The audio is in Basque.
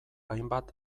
hainbat